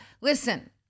Listen